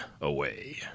Away